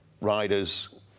riders